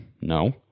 No